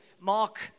Mark